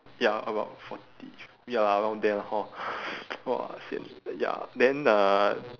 ya about forty f~ ya around there lah hor !wah! sian ya then uh